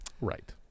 Right